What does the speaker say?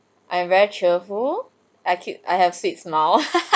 I'm very cheerful I keep I have six now